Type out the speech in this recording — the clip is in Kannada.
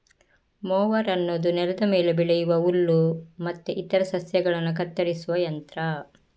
ಮೋವರ್ ಅನ್ನುದು ನೆಲದ ಮೇಲೆ ಬೆಳೆಯುವ ಹುಲ್ಲು ಮತ್ತೆ ಇತರ ಸಸ್ಯಗಳನ್ನ ಕತ್ತರಿಸುವ ಯಂತ್ರ